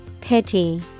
Pity